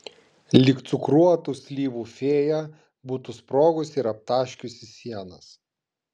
lyg cukruotų slyvų fėja būtų sprogusi ir aptaškiusi sienas